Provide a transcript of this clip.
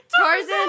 Tarzan